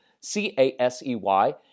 C-A-S-E-Y